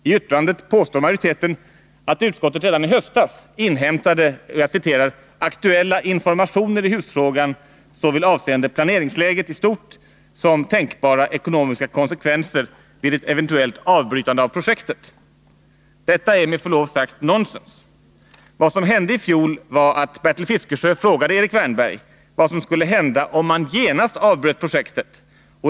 I betänkandet påstår majoriteten att utskottet redan i höstas inhämtade ”aktuella informationer i husfrågan såväl avseende planeringsläget i stort som tänkbara ekonomiska konsekvenser vid ett eventuellt avbrytande av projektet”. Detta är med förlov sagt nonsens. Vad som hände i fjol var att Bertil Fiskesjö frågade Erik Wärnberg vad som skulle hända om man genast avbröt projektet.